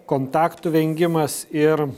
kontaktų vengimas ir